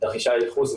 את תרחישי הייחוס,